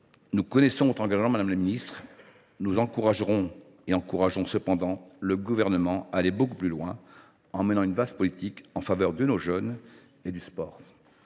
nous connaissons votre engagement, madame la ministre, nous encourageons cependant le Gouvernement à aller beaucoup plus loin, en menant une vaste politique en faveur de nos jeunes et du sport,